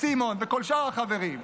סימון וכל שאר החברים,